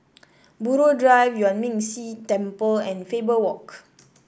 Buroh Drive Yuan Ming Si Temple and Faber Walk